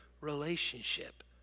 relationship